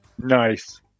Nice